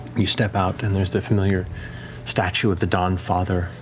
you step out and there's the familiar statue of the dawnfather,